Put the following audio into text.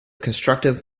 constructive